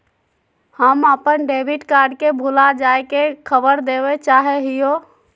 हम अप्पन debit card के भुला जाये के खबर देवे चाहे हियो